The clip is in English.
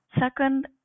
Second